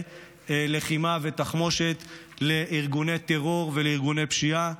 לחימה ותחמושת לארגוני טרור ולארגוני פשיעה.